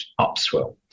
upswell